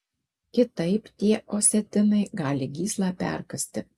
kitaip tie osetinai gali gyslą perkąsti